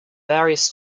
various